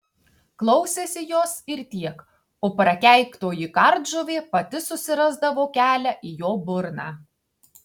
klausėsi jos ir tiek o prakeiktoji kardžuvė pati susirasdavo kelią į jo burną